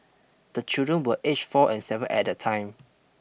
the children were aged four and seven at the time